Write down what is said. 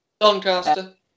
Doncaster